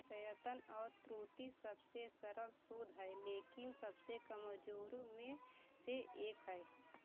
प्रयत्न और त्रुटि सबसे सरल शोध है लेकिन सबसे कमज़ोरों में से एक है